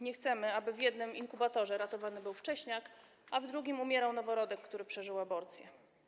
Nie chcemy, aby w jednym inkubatorze ratowany był wcześniak, a w drugim umierał noworodek, który przeżył aborcję.